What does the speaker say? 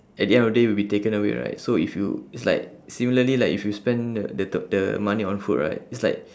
at the end of the day will be taken away right so if you it's like similarly like if you spend the the the the money on food right it's like